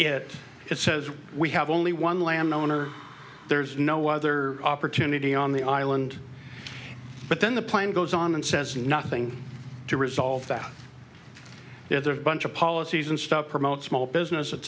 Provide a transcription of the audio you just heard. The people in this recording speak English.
it says we have only one land owner there is no other opportunity on the island but then the plan goes on and says nothing to resolve there's bunch of policies and stuff promote small business